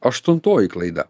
aštuntoji klaida